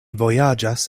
vojaĝas